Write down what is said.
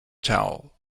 towel